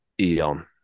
Eon